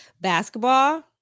Basketball